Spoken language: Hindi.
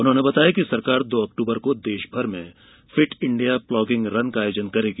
उन्होंने बताया कि सरकार दो अक्टूबर को देशभर में फिट इंडिया प्लॉगिंग रन का आयोजन करेगी